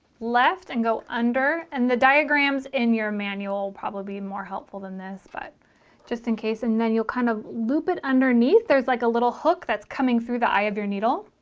left and go under and the diagrams in your manual probably be more helpful than this but just in case and then you'll kind of loop it underneath there's like a little hook that's coming through the eye of your needle